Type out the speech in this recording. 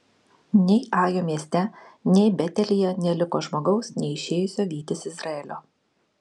nei ajo mieste nei betelyje neliko žmogaus neišėjusio vytis izraelio